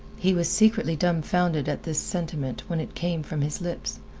he was secretly dumfounded at this sentiment when it came from his lips.